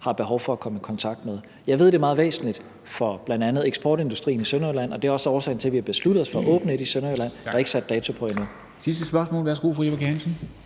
har behov for at komme i kontakt med. Jeg ved, det er meget væsentligt for bl.a. eksportindustrien i Sønderjylland, og det er også årsagen til, at vi har besluttet os for at åbne et i Sønderjylland. Der er ikke sat dato på endnu. Kl. 13:21 Formanden